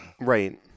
right